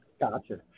Gotcha